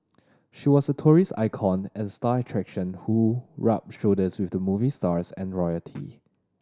she was a tourism icon and star attraction who rubbed shoulders with movie stars and royalty